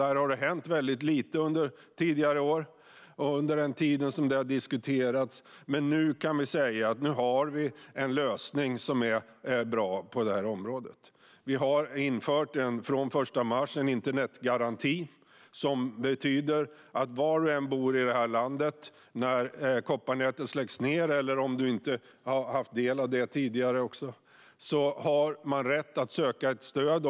Där har det hänt väldigt lite under tidigare år, under tiden som det har diskuterats, men nu kan vi säga att vi har en lösning på området som är bra. Vi har infört en internetgaranti från den 1 mars som betyder att var och en som bor i landet när kopparnätet släcks ned har rätt att söka ett stöd, även om man inte haft del av det nätet tidigare.